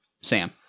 Sam